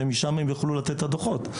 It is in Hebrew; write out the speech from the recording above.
ומשם הם יוכלו לתת את הדוחות.